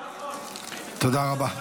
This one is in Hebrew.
תודה רבה.